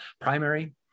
primary